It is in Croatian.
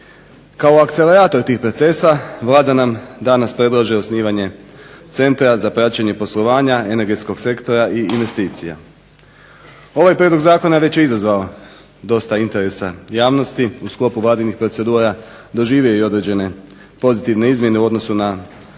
Kao akcelerator tih procesa Vlada nam danas predlaže osnivanje centra za praćenje poslovanja energetskog sektora i investicija. Ovaj prijedlog zakona već je izazvao dosta interesa javnosti u sklopu vladinih procedura, doživio je i određen pozitivne izmjene u odnosu na prvotni